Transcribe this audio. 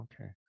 okay